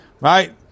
Right